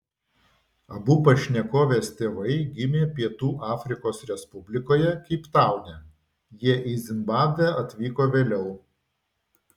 abu pašnekovės tėvai gimė pietų afrikos respublikoje keiptaune jie į zimbabvę atvyko vėliau